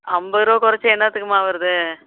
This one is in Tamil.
ஐம்பது ரூவா கொறைச்சி என்னத்துக்கும்மா ஆகுறது